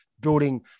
building